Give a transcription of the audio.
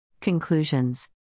Conclusions